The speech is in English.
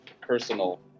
personal